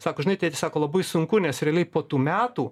sako žinai tėti sako labai sunku nes realiai po tų metų